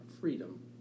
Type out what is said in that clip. freedom